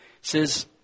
says